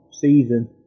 season